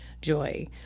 joy